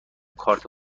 کارت